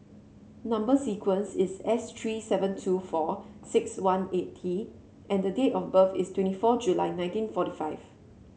number sequence is S three seven two four six one eight T and date of birth is twenty four July nineteen forty five